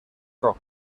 rock